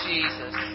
Jesus